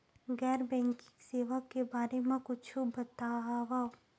गैर बैंकिंग सेवा के बारे म कुछु बतावव?